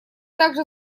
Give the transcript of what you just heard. также